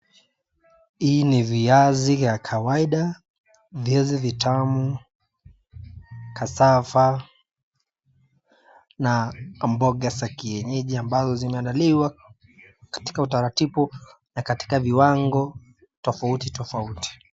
Hii ni viazi ya kawaida, viazi vitamu, cassava na mboga za kienyeji ambazo zimeandaliwa katika utaratibu na katika viwango tofauti tofauti.